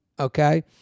okay